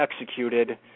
executed